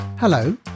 hello